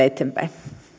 eteenpäin